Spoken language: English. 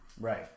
Right